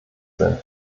sind